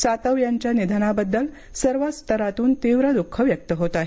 सातव यांच्या निधनाबद्दल सर्व स्तरातून तीव्र द्ःख व्यक्त होत आहे